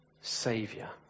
Savior